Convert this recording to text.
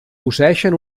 posseeixen